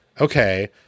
okay